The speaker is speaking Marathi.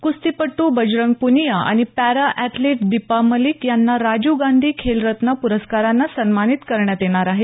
कुस्तीपटू बजरंग पुनिया आणि पॅरा अॅथलिट दिपा मलिक यांना राजीव गांधी खेलरत्न प्रस्कारांने सन्मानित करण्यात येणार आहे